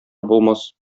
булмас